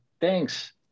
thanks